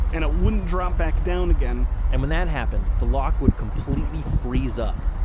and it wouldn't drop back down again and when that happened, the lock would completely freeze up.